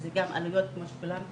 כמו שכולם דיברו,